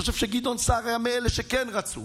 אני חושב שגדעון סער היה מאלה שכן רצו,